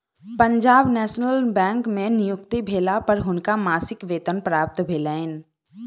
Punjab National Bank में नियुक्ति भेला पर हुनका मासिक वेतन प्राप्त भेलैन